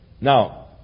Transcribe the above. Now